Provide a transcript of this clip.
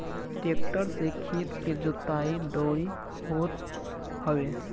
tractor से खेत के जोताई, दवरी होत हवे